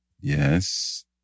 Yes